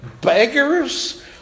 Beggars